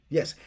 Yes